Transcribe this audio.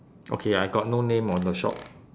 okay I got no name on the shop